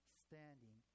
standing